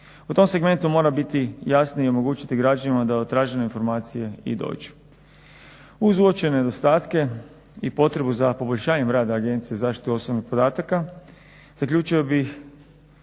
U tom segmentu mora biti jasnije omogućiti građanima da do tražene informacije i dođu. Uz uočene nedostatke i potrebu za poboljšanjem rada Agencije za zaštitu osobnih podataka zaključio bih